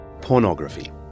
Pornography